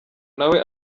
nawe